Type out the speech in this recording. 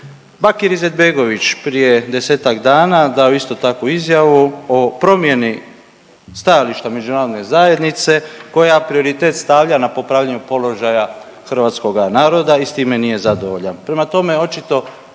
Bakir Izetbegović prije desetak dana dao je isto takvu izjavu o promjeni stajališta Međunarodne zajednice koja prioritet stavlja na popravljanju položaja Hrvatskoga naroda i s time nije zadovoljan.